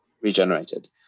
regenerated